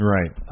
Right